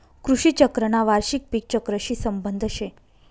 कृषी चक्रना वार्षिक पिक चक्रशी संबंध शे